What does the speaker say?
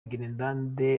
grenades